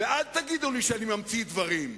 אל תגידו לי שאני ממציא דברים.